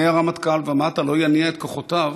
מהרמטכ"ל ומטה, לא יניע את כוחותיו